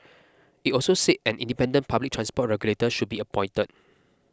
it also said that an independent public transport regulator should be appointed